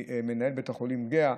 מנהל בית החולים גהה.